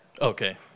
Okay